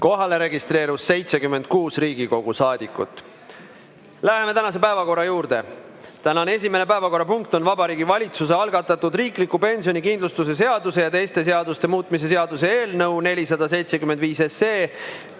Kohalolijaks registreerus 76 Riigikogu liiget. Läheme tänase päevakorra juurde. Tänane esimene päevakorrapunkt on Vabariigi Valitsuse algatatud riikliku pensionikindlustuse seaduse ja teiste seaduste muutmise seaduse eelnõu 475